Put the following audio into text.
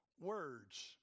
words